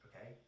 Okay